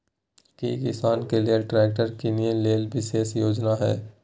की किसान के लेल ट्रैक्टर कीनय के लेल विशेष योजना हय?